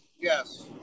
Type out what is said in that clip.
Yes